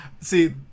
See